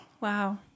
Wow